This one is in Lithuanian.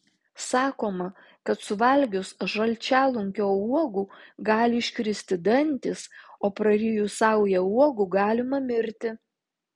sakoma kad suvalgius žalčialunkio uogų gali iškristi dantys o prarijus saują uogų galima mirti